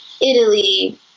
Italy